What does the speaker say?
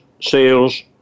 sales